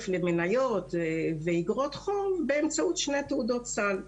למניות ואגרות חוב באמצעות שתי תעודות סל,